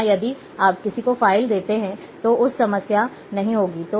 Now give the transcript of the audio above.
या यदि आप किसी को फ़ाइल देते हैं तो उसे समस्या नहीं हो सकती है